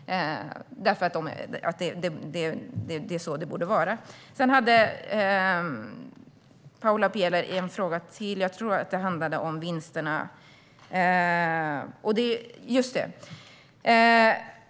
Det är så det borde vara. Paula Bieler hade en fråga till om vinsterna.